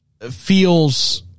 feels